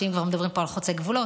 אם כבר מדברים פה על חוצה גבולות,